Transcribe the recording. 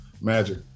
Magic